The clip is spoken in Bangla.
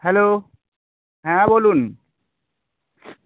হ্যালো হ্যাঁ বলুন